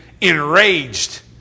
enraged